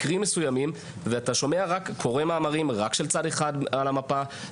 מקרים מסוימים ואתה קורא מאמרים רק של צד אחד על המפה,